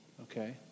Okay